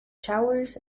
showers